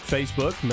Facebook